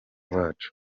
wacu